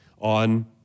on